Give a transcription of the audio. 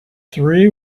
three